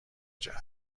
جعبه